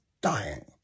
dying